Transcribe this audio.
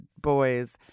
boys